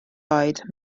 oed